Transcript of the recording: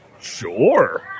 Sure